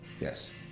Yes